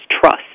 trust